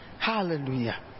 Hallelujah